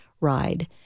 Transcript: ride